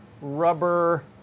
rubber